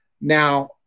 now